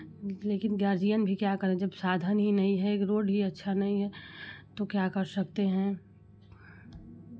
लेकिन गार्जियन भी क्या करे जब साधन हीं नहीं है एक रोड भी अच्छा नहीं है तो क्या कर सकते हैं